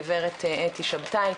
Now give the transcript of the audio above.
הגברת אתי שבתאי,